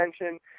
attention